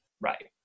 Right